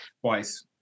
twice